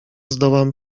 zdołam